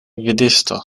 gvidisto